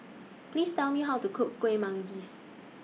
Please Tell Me How to Cook Kuih Manggis